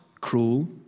cruel